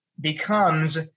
becomes